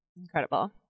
Incredible